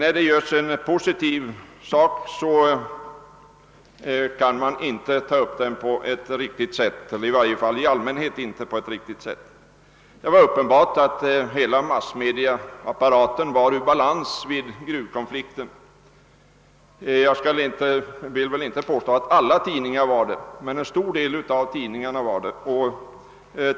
I de fall något positivt förekommer är man ej intresserad från massmedias sida. Det är uppenbart att hela massmediaapparaten var ur balans under gruvkonflikten. Jag skall inte påstå att alla tidningar var ur balans, men det gällde en stor del av dem.